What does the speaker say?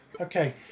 okay